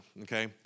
okay